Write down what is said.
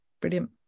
brilliant